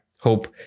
hope